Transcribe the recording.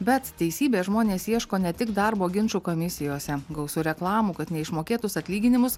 bet teisybės žmonės ieško ne tik darbo ginčų komisijose gausu reklamų kad neišmokėtus atlyginimus